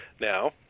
now